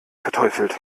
verteufelt